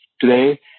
today